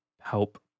help